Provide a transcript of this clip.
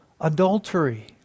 adultery